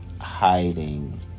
hiding